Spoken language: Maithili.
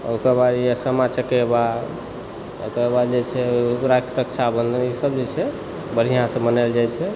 ओकर बाद होइए सामा चकेवा ओकरा बाद जे छै रक्षाबन्धन ईसभ जे छै बढ़िआँसँ मनाओल जाइ छै